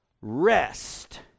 rest